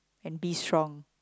and be strong